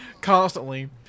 constantly